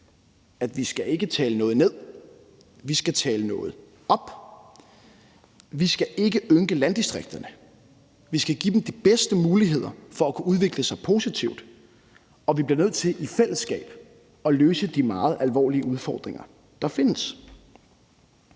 sagde, ikke taler noget ned. Vi skal tale noget op. Vi skal ikke ynke landdistrikterne. Vi skal give dem de bedste muligheder for at kunne udvikle sig positivt, og vi bliver nødt til i fællesskab at løse de meget alvorlige udfordringer, der findes.